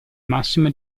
massima